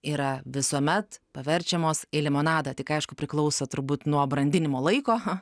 yra visuomet paverčiamos į limonadą tik aišku priklauso turbūt nuo brandinimo laiko